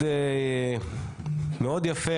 מאוד יפה,